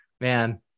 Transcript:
man